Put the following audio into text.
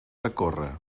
recórrer